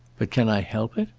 but can i help it?